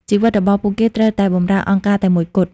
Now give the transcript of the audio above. ជីវិតរបស់ពួកគេត្រូវតែបម្រើអង្គការតែមួយគត់។